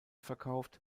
verkauft